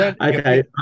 Okay